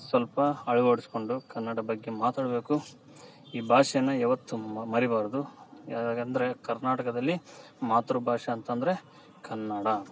ಸ್ವಲ್ಪ ಅಳ್ವಡಿಸ್ಕೊಂಡು ಕನ್ನಡ ಬಗ್ಗೆ ಮಾತಾಡಬೇಕು ಈ ಭಾಷೇನ ಯಾವತ್ತೂ ಮರಿಬಾರದು ಯಾವಾಗಂದ್ರೆ ಕರ್ನಾಟಕದಲ್ಲಿ ಮಾತೃಭಾಷೆ ಅಂತಂದರೆ ಕನ್ನಡ